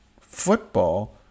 football